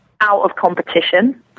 out-of-competition